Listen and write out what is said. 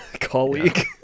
colleague